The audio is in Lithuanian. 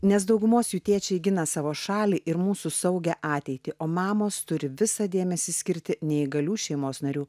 nes daugumos jų tėčiai gina savo šalį ir mūsų saugią ateitį o mamos turi visą dėmesį skirti neįgalių šeimos narių